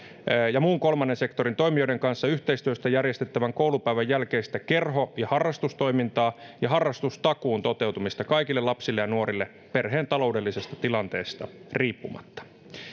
ja muun kolmannen sektorin toimijoiden kanssa yhteistyössä järjestettävää koulupäivän jälkeistä kerho ja harrastustoimintaa ja harrastustakuun toteutumista kaikille lapsille ja nuorille perheen taloudellisesta tilanteesta riippumatta